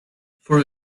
for